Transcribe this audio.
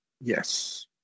yes